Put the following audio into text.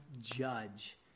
judge